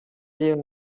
кийин